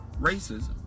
racism